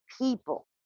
people